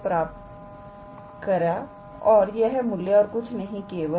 प्राप्त हुआ और यह मूल्य और कुछ नहीं केवल